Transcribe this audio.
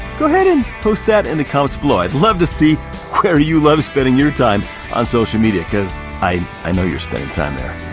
go ahead and post that in the comments below. i'd love to see where you love spending your time on social media cause i know you're spending time there.